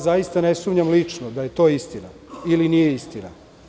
Zaista ne sumnjam lično da je to istina ili nije istina.